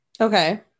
Okay